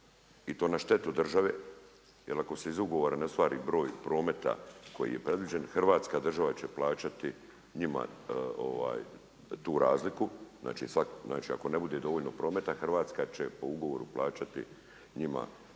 i to na štetu države, jer ako se iz ugovora ne ostvari broj prometa koji je predviđen, Hrvatska država će plaćati njima tu razliku. Znači ako ne bude dovoljno prometa, Hrvatska će po ugovoru plaćati njima